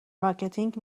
مارکتینگ